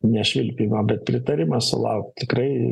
ne švilpimą bet pritarimą sulaukti tikrai